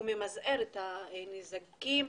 הוא ממזער את הנזקים,